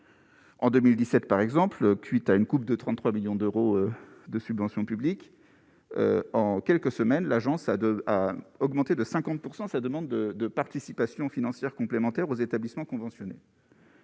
en 2017, par exemple, cuite à une coupe de 33 millions d'euros de subventions publiques en quelques semaines, l'agence a de a augmenté de 50 % sa demande de participation financière complémentaire aux établissements conventionnés.